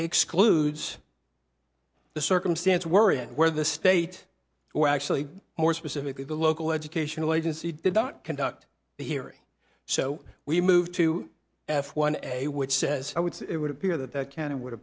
excludes the circumstance were and where the state or actually more specifically the local educational agency did not conduct the hearing so we moved to f one a which says i would say it would appear that that can and would